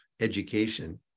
education